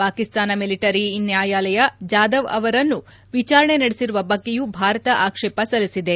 Pakistan military ನ್ಯಾಯಾಲಯ ಜಾಧವ್ ಅವರನ್ನು ವಿಚಾರಣೆ ನಡೆಸಿರುವ ಬಗ್ಗೆಯೂ ಭಾರತ ಆಕ್ಷೇಪ ಸಲ್ಲಿಸಿದೆ